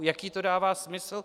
Jaký to dává smysl?